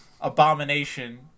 abomination